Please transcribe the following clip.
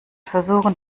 versuchen